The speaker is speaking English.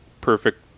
perfect